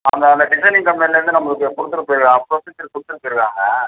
அந்த அந்த டிசைனிங் கம்பெனிலேருந்து நம்மளுக்கு கொடுத்துட்டு போயிருக்காங்க ப்ரொசீஜர் கொடுத்துட்டு போயிருக்காங்க